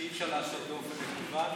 שאי-אפשר לעשות באופן מקוון,